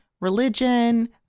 religion